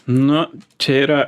nu čia yra